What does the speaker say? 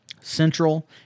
Central